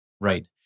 Right